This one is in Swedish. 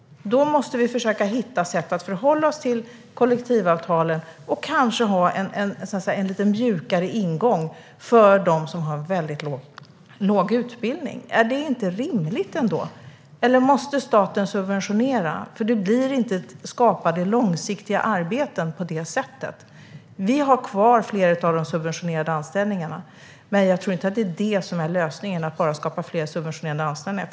Då måste vi försöka hitta sätt att förhålla oss till kollektivavtalen och kanske ha en lite mjukare ingång för dem som har väldigt låg utbildning. Är det inte rimligt? Eller måste staten subventionera? Det skapas inte långsiktiga arbeten på det sättet. Vi har kvar flera av de subventionerade anställningarna, men jag tror inte att lösningen är att bara skapa fler subventionerade anställningar.